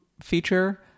feature